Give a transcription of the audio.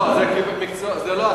זה לא השר.